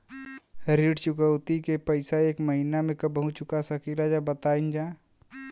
ऋण चुकौती के पैसा एक महिना मे कबहू चुका सकीला जा बताईन जा?